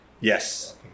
Yes